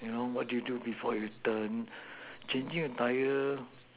you know what do you do before you done changing a tire